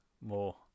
more